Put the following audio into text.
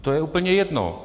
To je úplně jedno.